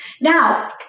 Now